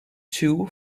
two